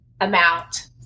amount